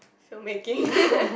film making